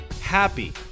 happy